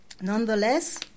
nonetheless